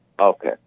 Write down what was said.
Okay